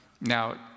Now